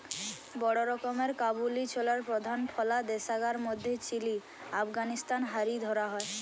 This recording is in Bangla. বড় রকমের কাবুলি ছোলার প্রধান ফলা দেশগার মধ্যে চিলি, আফগানিস্তান হারি ধরা হয়